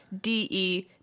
d-e